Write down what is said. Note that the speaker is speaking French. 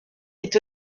est